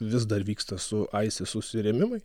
vis dar vyksta su isis susirėmimai